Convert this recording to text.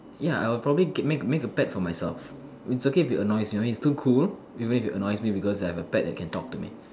ya I will probably get make a make a pet for myself it's okay if it annoys me it's still cool even if it annoys me because I have a pet that can talk to me